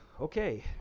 Okay